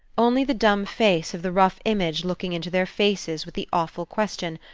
only the dumb face of the rough image looking into their faces with the awful question,